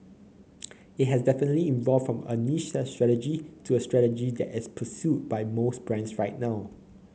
it has definitely evolved from a niche strategy to a strategy that is pursued by most brands right now